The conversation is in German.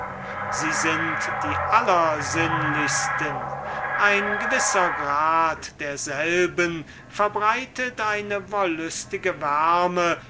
sie sind die allersinnlichsten ein gewisser grad derselben verbreitet eine wollüstige